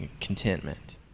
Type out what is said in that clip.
contentment